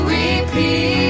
repeat